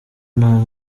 nta